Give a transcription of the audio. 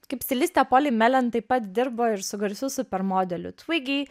kaip stilistė poli melen taip pat dirbo ir su garsiu super modeliu tvigy